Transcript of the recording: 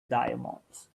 diamonds